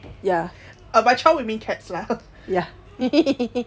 uh by child we mean cats lah